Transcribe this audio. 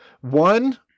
One